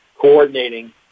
coordinating